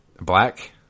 Black